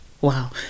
Wow